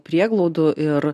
prieglaudų ir